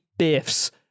biffs